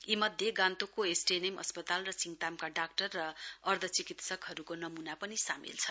यी मध्ये न्तोकको एसटीएनएम अस्पताल र सिङतामका डाक्टर र अर्ध चिकित्सकहरुको नमूना पनि सामेल छ